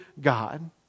God